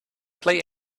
play